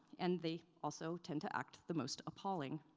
and they also tend to act the most appalling.